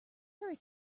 fairy